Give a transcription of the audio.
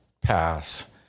pass